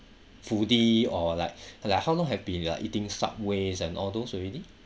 foodie or like like how long have been eating subways and all those already